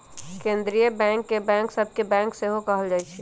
केंद्रीय बैंक के बैंक सभ के बैंक सेहो कहल जाइ छइ